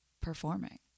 performing